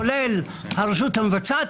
כולל הרשות המבצעת,